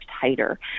tighter